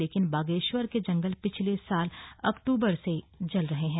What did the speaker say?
लेकिन बागेश्वर के जंगल पिछले साल अक्टूबर से जल रहे हैं